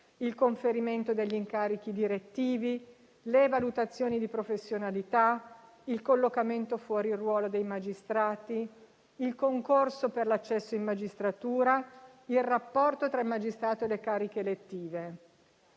il conferimento degli incarichi direttivi, le valutazioni di professionalità, il collocamento fuori ruolo dei magistrati, il concorso per l'accesso in magistratura, il rapporto tra il magistrato e le cariche elettive.